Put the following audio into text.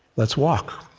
let's walk.